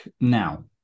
now